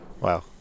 Wow